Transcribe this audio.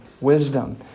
wisdom